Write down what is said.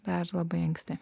dar labai anksti